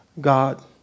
God